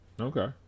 Okay